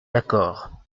d’accord